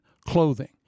clothing